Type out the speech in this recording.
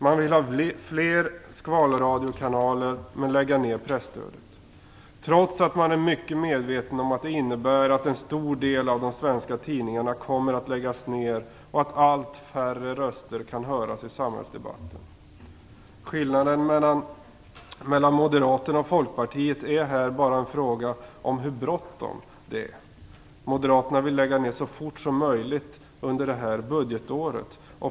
Man vill ha fler skvalradiokanaler men lägga ner presstödet, trots att man är mycket medveten om att det innebär att en stor del av de svenska tidningarna kommer att läggas ner och att allt färre röster kan höras i samhällsdebatten. Skillnaden mellan Moderaterna och Folkpartiet är här bara en fråga om hur bråttom det är. Moderaterna vill lägga ner pressstödet så fort som möjligt, under detta budgetår.